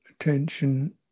attention